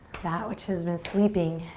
that which has been sleeping.